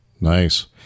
nice